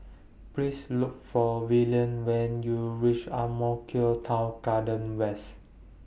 Please Look For Velia when YOU REACH Ang Mo Kio Town Garden West